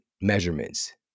Measurements